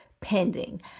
pending